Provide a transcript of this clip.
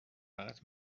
فقط